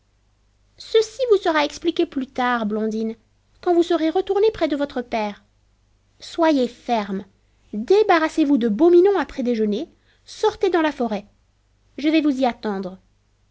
ceci vous sera expliqué plus tard blondine quand vous serez retournée près de votre père soyez ferme débarrassez-vous de beau minon après déjeuner sortez dans la forêt je vais vous y attendre